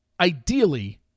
ideally